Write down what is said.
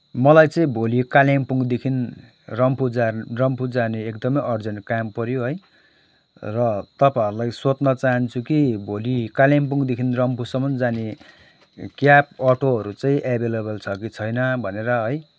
मलाई चाहिँ भोलि कालिम्पोङदेखि रम्फू जाने रम्फू जाने एकदमै अर्जेन्ट काम पऱ्यो है र तपाईँहरूलाई सोध्न चाहन्छु कि भोलि कालिम्पोङदेखि रम्फूसम्म जाने क्याब अटोहरू चाहिँ अभाइलेबल छ कि छैन भनेर है